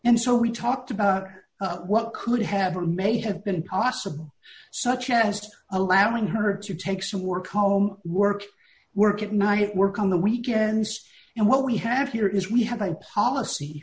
and so we talked about what could have or may have been possible such as allowing her to take some more calm work work at night work on the weekends and what we have here is we have a policy